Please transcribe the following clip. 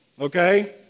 Okay